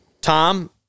Tom